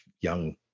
young